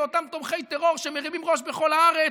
ואותם תומכי טרור שמרימים ראש בכל הארץ,